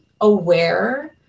aware